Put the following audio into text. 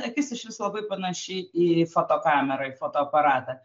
akis išvis labai panaši į foto kamerą į fotoaparatą